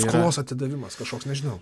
skolos atidavimas kažkoks nežinau